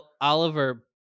Oliver